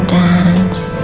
dance